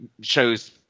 shows